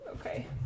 Okay